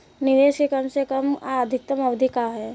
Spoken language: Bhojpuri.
निवेश के कम से कम आ अधिकतम अवधि का है?